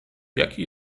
jaki